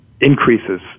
increases